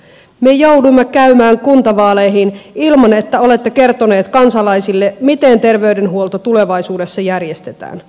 me joudumme käymään kuntavaaleihin ilman että olette kertoneet kansalaisille miten terveydenhuolto tulevaisuudessa järjestetään